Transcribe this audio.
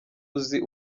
uzi